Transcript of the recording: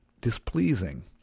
Displeasing